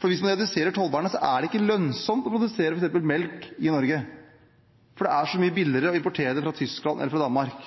For hvis man reduserer tollbarrierene, er det ikke lønnsomt å produsere f.eks. melk i Norge, for det er så mye billigere å importere det fra Tyskland eller fra Danmark.